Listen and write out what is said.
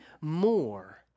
more